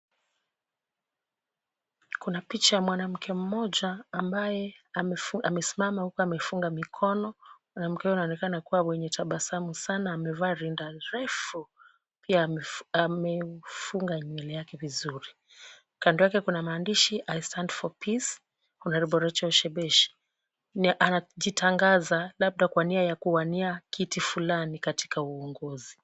Kuna picha ya mwanamke mmoja ambaye amesimama huku amefunga mikono. Mwanamke huyo anaonekana kuwa mwenye tabasamu sana amevaa rinda refu pia amefunga nywele yake vizuri. Kando yake kuna maandishi l stand for peace honourable Rachel Shebeshi. Anajitangaza labda kwa nia ya kuwania kiti fulani katika uongozi.